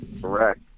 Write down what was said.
Correct